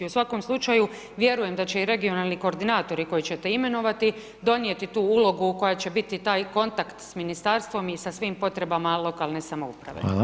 U svakom slučaju, vjerujem da će i regionalni koordinatori koje ćete imenovati, donijeti tu ulogu koja će biti taj kontakt sa Ministarstvom i sa svim potrebama lokalne samouprave.